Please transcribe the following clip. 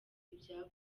ibyabaye